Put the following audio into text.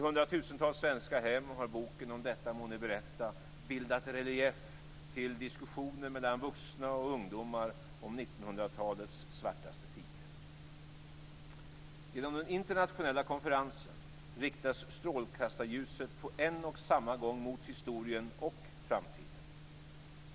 I hundratusentals svenska hem har boken ... om detta må ni berätta ... bildat relief till diskussioner mellan vuxna och ungdomar om 1900-talets svartaste tid. Genom den internationella konferensen riktas strålkastarljuset på en och samma gång mot historien och framtiden.